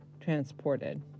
transported